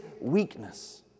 weakness